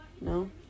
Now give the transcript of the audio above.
No